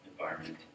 environment